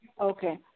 Okay